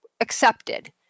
accepted